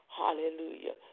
hallelujah